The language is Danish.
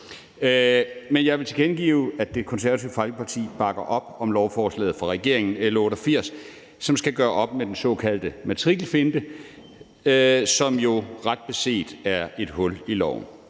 dag. Jeg vil tilkendegive, at Det Konservative Folkeparti bakker op om lovforslaget fra regeringen, L 88, som skal gøre op med den såkaldte matrikelfinte, som jo ret beset er et hul i loven,